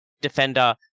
defender